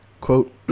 Quote